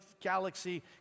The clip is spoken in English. galaxy